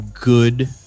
good